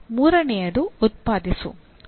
ಮೂರನೆಯದು "ಉತ್ಪಾದಿಸು"